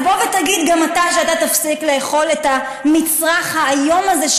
אז בוא תגיד גם אתה שאתה תפסיק לאכול את המצרך האיום הזה,